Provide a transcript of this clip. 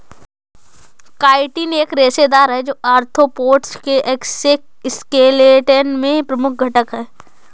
chitin एक रेशेदार है, जो आर्थ्रोपोड्स के एक्सोस्केलेटन में प्रमुख घटक है